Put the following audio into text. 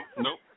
nope